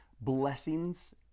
Blessings